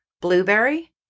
Blueberry